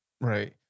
right